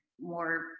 more